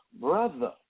brother